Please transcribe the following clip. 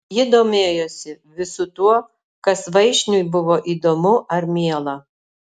ji domėjosi visu tuo kas vaišniui buvo įdomu ar miela